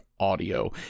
audio